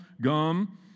gum